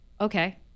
Okay